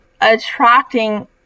attracting